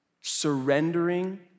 surrendering